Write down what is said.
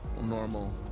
normal